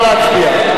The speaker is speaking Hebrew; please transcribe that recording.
נא להצביע.